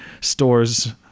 store's